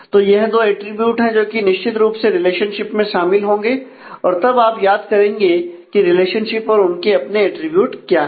तो यह दो अटरीब्यूट है जो कि निश्चित रूप से रिलेशनशिप में शामिल होंगे और तब आप याद करेंगे की रिलेशनशिप और उनके अपने एट्रिब्यूट क्या है